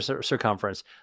circumference